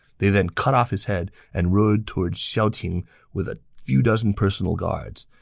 they then cut off his head and rode toward xiaoting with a few dozen personal guards.